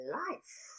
life